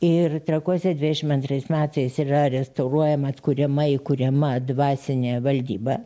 ir trakuose dvidešim antrais metais yra restauruojama atkuriama įkuriama dvasinė valdyba